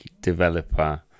developer